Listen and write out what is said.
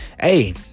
hey